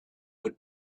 would